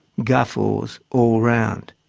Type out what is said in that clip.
guffaws all round.